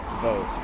vote